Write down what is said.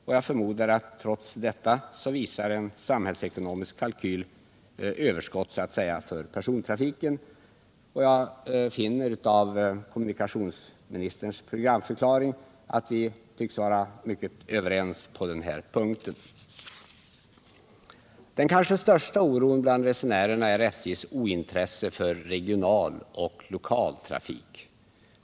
Och jag förmodar att trots detta visar en samhällsekonomisk kalkyl ”överskott” för persontrafiken. Jag finner av kommunikationsministerns programförklaring att vi tycks vara överens på den här punkten. Den kanske största oron bland resenärerna gäller SJ:s ointresse för regional och lokal trafik.